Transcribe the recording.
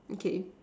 okay